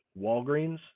Walgreens